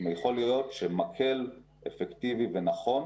יכול להיות שמקל אפקטיבי ונכון